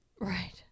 Right